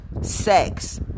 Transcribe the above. sex